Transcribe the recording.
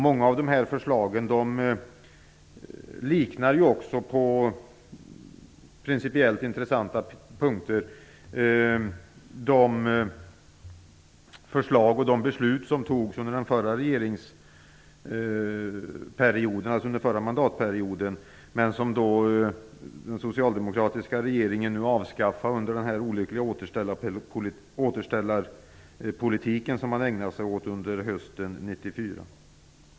Många av förslagen liknar också på principiellt intressanta punkter de regeringsförslag och beslut som togs under den förra mandatperioden men som den socialdemokratiska regeringen nu undanröjer med den olyckliga återställarpolitik som man ägnade sig åt under hösten 1994.